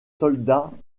soldats